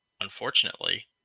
unfortunately